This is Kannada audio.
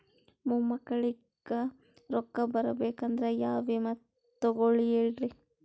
ಮೊಮ್ಮಕ್ಕಳಿಗ ರೊಕ್ಕ ಬರಬೇಕಂದ್ರ ಯಾ ವಿಮಾ ತೊಗೊಳಿ ಹೇಳ್ರಿ?